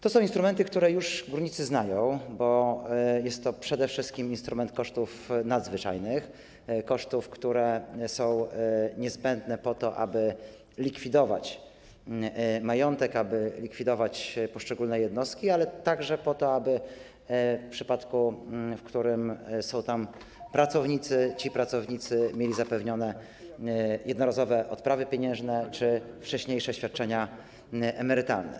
To są instrumenty, które już górnicy znają, bo jest to przede wszystkim instrument kosztów nadzwyczajnych, kosztów, które są niezbędne po to, aby likwidować majątek, aby likwidować poszczególne jednostki, ale także po to, aby w przypadku, w którym są tam pracownicy, mieli oni zapewnione jednorazowe odprawy pieniężne czy wcześniejsze świadczenia emerytalne.